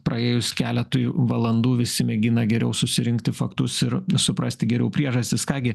praėjus keletui valandų visi mėgina geriau susirinkti faktus ir suprasti geriau priežastis ką gi